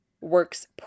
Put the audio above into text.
Works